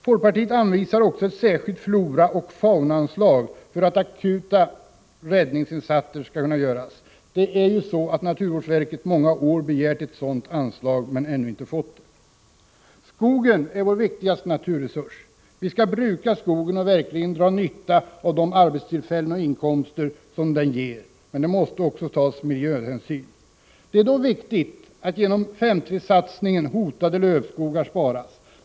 Folkpartiet anvisar också ett särskilt floraoch faunaanslag för att akuta räddningsinsatser skall kunna genomföras. Naturvårdsverket har i många år begärt ett sådant anslag men ännu inte fått det. Skogen är vår viktigaste naturresurs. Vi skall bruka skogen och verkligen dra nytta av de arbetstillfällen och inkomster som den ger. Men det måste också tas miljöhänsyn. Det är då viktigt att genom 5:3-satsningen hotade lövskogar sparas.